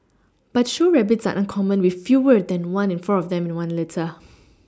but show rabbits are uncommon with fewer than one in four of them in one litter